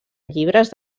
llibres